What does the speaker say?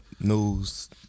news